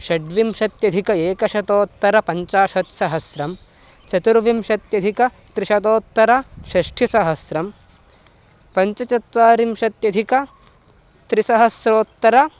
षड्विंशत्यधिक एकशतोत्तरपञ्चाशत्सहस्रं चतुर्विंशत्यधिकत्रिशतोत्तरषष्टिसहस्रम् पञ्चचत्वारिंशत्यधिकत्रिसहस्रोत्तरम्